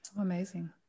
Amazing